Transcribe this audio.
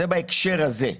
זה בהקשר הזה.